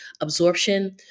absorption